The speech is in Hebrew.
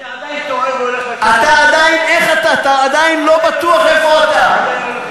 אני עדיין תוהה, אתה עדיין לא בטוח איפה אתה.